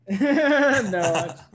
no